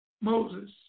Moses